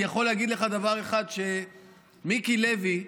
אני יכול להגיד לך דבר אחד: מיקי לוי,